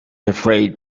afraid